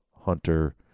hunter